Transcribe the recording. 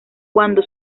cuando